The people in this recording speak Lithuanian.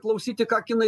klausyti ką kinai